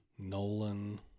Nolan